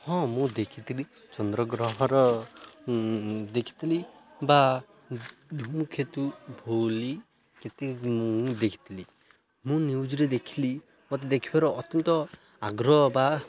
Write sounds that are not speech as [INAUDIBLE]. ହଁ ମୁଁ ଦେଖିଥିଲି ଚନ୍ଦ୍ରଗ୍ରହର ଦେଖିଥିଲି ବା ଧୁମଖେତୁ [UNINTELLIGIBLE] କେତକ ମୁଁ ଦେଖିଥିଲି ମୁଁ ନ୍ୟୁଜ୍ରେ ଦେଖିଲି ମୋତେ ଦେଖିବାର ଅତ୍ୟନ୍ତ ଆଗ୍ରହ ବା